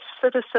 citizen